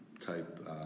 type